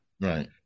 right